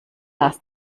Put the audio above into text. las